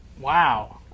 Wow